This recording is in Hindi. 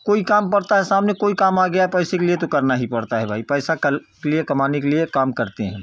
कोई काम पड़ता है सामने कोई काम आ गया पैसे के लिए तो करना ही पड़ता है भाई पैसे का लिए कमाने के लिए काम करते हैं